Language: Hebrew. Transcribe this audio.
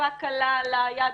נזיפה קלה על היד.